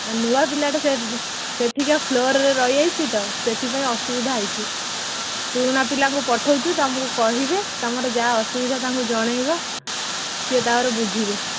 ନୂଆ ପିଲାଟା ସେ ସେଠିକି ଫ୍ଲୋରରେ ରହିଯାଇଛି ତ ସେଥିପାଇଁ ଅସୁବିଧା ହୋଇଛି ପୁରୁଣା ପିଲାଙ୍କୁ ପଠଉଛୁ ତୁମକୁ କହିବେ ତୁମର ଯାହା ଅସୁବିଧା ତାଙ୍କୁ ଜଣେଇବ ସିଏ ତାପରେ ବୁଝିବେ